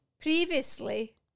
Previously